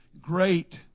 Great